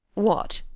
what,